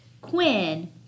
Quinn